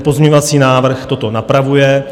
Pozměňovací návrh toto napravuje.